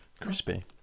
crispy